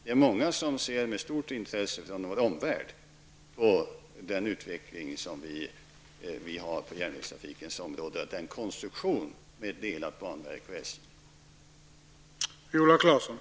Det är många i vår omvärld som ser med stort intresse på den utveckling som vi har på järnvägstrafikens område och den konstruktion vi har, med SJ och ett separat banverk.